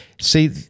see